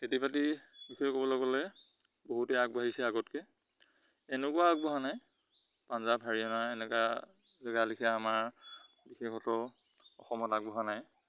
খেতি বাতিৰ বিষয়ে ক'বলৈ গ'লে বহুতেই আগবঢ়িছে আগতকৈ এনেকুৱা আগবঢ়া নাই পঞ্জাৱ হাৰিয়াণা এনেকুৱা জেগা লিখীয়া আমাৰ বিশেষতঃ অসমত আগবঢ়া নাই